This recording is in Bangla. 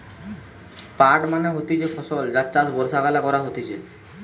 পাট মানে হতিছে ফসল যার চাষ বর্ষাকালে করা হতিছে